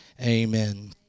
Amen